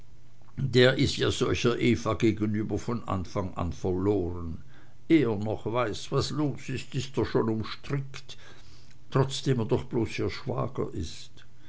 der is ja solcher eva gegenüber von anfang an verloren eh er noch weiß was los ist ist er schon umstrickt trotzdem er doch bloß ihr schwager ist